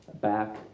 back